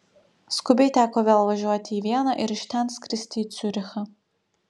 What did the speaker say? skubiai teko vėl važiuoti į vieną ir iš ten skristi į ciurichą